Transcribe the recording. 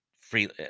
free